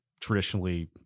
traditionally